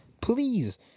Please